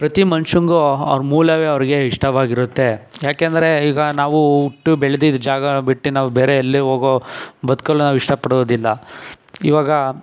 ಪ್ರತಿ ಮನುಷ್ಯಂಗೂ ಅವ್ರ ಮೂಲವೇ ಅವರಿಗೆ ಇಷ್ಟವಾಗಿರುತ್ತೆ ಏಕೆಂದ್ರೆ ಈಗ ನಾವು ಹುಟ್ಟು ಬೆಳ್ದಿದ್ದು ಜಾಗನ ಬಿಟ್ಟು ನಾವು ಬೇರೆ ಎಲ್ಲೇ ಹೋಗೋ ಬದ್ಕಲ್ಲಿ ನಾವು ಇಷ್ಟಪಡುವುದಿಲ್ಲ ಇವಾಗ